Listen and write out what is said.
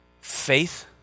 faith